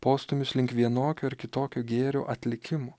postūmis link vienokio ar kitokio gėrio atlikimo